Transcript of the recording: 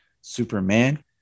Superman